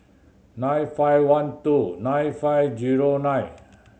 nine five one two nine five zero nine